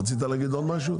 רצית להגיד עוד משהו?